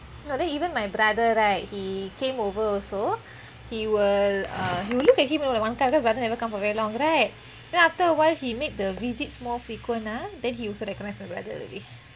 ya then even my brother right he came over also he will err he will look at him you know like one kind because my brother never come for very long right then after awhile he made the visits more frequent ah then he also recognise my brother already